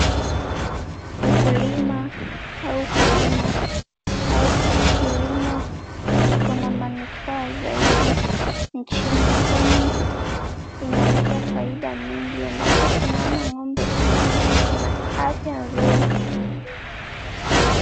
Ukulima au kilimo kiko na manufaa zaidi nchini kwani inaleta faida nyingi, endapo tunaona ng'ombe hizi ziko na afya nzuri.